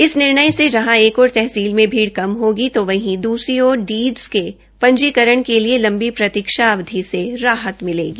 इस निर्णय से जहां एक ओर तहसील में भीड़ कम होगी तो वहीं दूसरी ओर डीडस के पंजीकरण के लिए लम्बी प्रतीक्षा अवधि से राहत भी मिलेगी